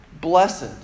blessed